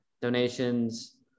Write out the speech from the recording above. donations